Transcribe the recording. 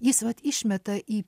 jis vat išmeta į